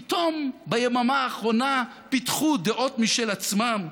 פתאום ביממה האחרונה פיתחו דעות משל עצמם,